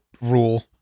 rule